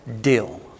deal